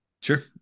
Sure